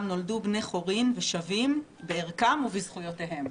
נולדו בני חורין ושווים בערכם ובזכויותיהם".